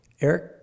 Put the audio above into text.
Eric